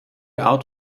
art